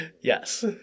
Yes